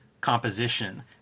composition